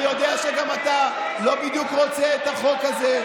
אני יודע שגם אתה לא בדיוק רוצה את החוק הזה,